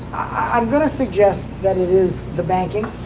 i'm gonna suggest that it is the banking.